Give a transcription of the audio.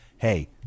Hey